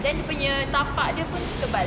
then punya tapak dia pun tebal